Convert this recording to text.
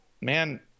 man